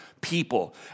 people